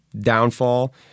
downfall